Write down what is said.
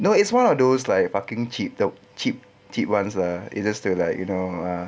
no it's one of those like fucking cheap cheap cheap ones lah it's just to like you know